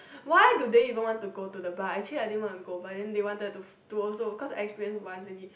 why do they even want to go the bar actually I didn't want to go but then they wanted to to also because I experienced once already